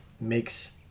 makes